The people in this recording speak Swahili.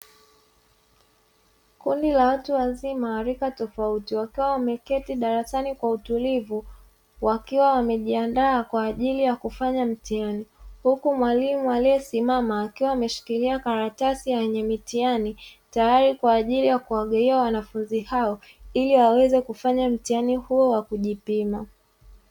Kundi la watu wazima wa rika tofauti wakiwa wameketi darasani kwa utulivu, wakiwa wamejiandaa kwa ajili ya kufanya mtihani. Huku mwalimu aliyesimama akiwa ameshikilia karatasi yenye mtihani, tayari kwa ajili ya kuwagawia wanafunzi hao, ili waweze kufanya mtihani huo wa kujipima.